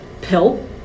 pill